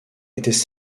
étaient